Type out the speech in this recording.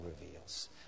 reveals